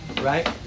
right